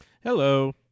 Hello